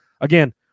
again